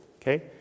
Okay